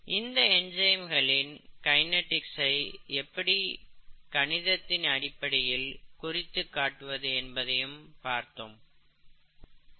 இந்த என்சைம்களின் கைநெடிக்ஸ்ஐ எப்படி கணிதத்தின் அடிப்படையில் குறித்துக் காட்டுவது என்பதையும் பார்த்தோம்